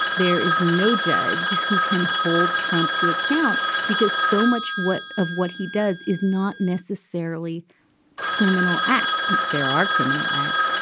there is no judge who can hold trump to account because so much what of what he does is not necessarily criminal acts. there are criminal acts.